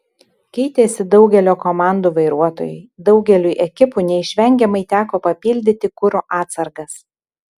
keitėsi daugelio komandų vairuotojai daugeliui ekipų neišvengiamai teko papildyti kuro atsargas